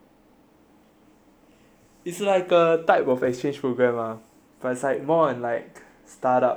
it's like a type of exchange program mah